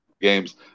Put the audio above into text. games